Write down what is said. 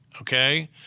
Okay